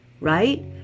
right